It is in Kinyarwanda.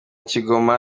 kigoma